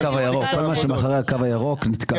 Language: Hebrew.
כל מה שמאחורי הקו הירוק נתקע.